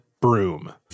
broom